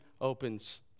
opens